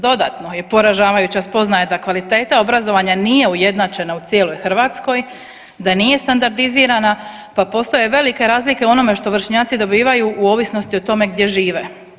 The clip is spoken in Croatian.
Dodatno je poražavajuća spoznaja da kvaliteta obrazovanja nije ujednačena u cijeloj Hrvatskoj, da nije standardizirana, pa postoje velike razlike u onome što vršnjaci dobivaju u ovisnosti o tome gdje žive.